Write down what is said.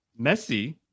Messi